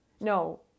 No